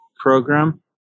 program